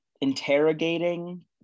interrogating